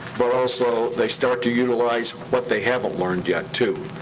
but also, they start to utilize what they haven't learned yet too.